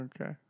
Okay